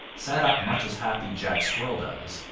sat up much as happy jack squirrel does,